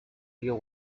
río